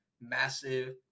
massive